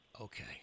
Okay